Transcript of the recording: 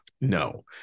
No